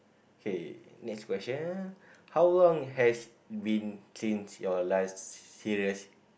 okay next question how long has been since your last serious